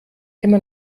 immer